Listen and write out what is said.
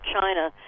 China